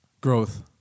Growth